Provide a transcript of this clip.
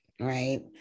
Right